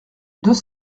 deux